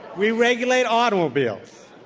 we regulate automobiles.